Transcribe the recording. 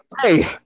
Hey